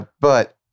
But-